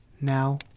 Now